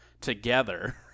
together